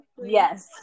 Yes